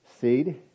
seed